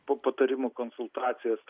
pa patarimų konsultacijos